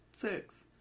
six